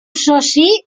soci